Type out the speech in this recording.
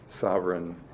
sovereign